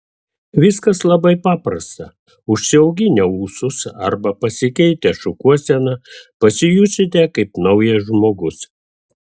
viskas labai paprasta užsiauginę ūsus arba pasikeitę šukuoseną pasijusite kaip naujas žmogus